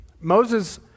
Moses